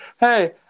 hey